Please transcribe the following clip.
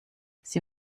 sie